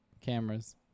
cameras